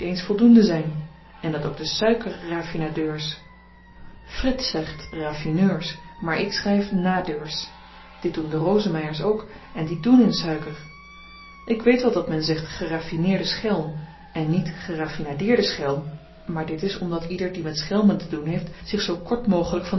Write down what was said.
voldoende zyn en dat ook de suikerraffinadeurs frits zegt raffineurs maar ik schryf nadeurs dit doen de rosemeyers ook en die doen in suiker ik weet wel dat men zegt geraffineerde schelm en niet geraffinadeerde schelm maar dit is omdat ieder die met schelmen te doen heeft zich zoo kort mogelyk van